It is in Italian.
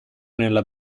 nella